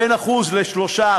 בין 1% ל-3%,